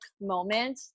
moment